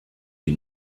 die